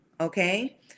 Okay